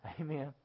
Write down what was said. Amen